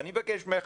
אני מבקש ממך,